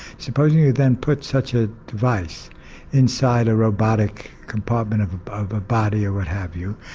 supposing you then put such a device inside a robotic compartment of of a body or what have you,